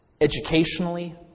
educationally